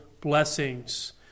blessings